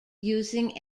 using